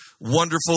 wonderful